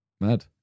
Mad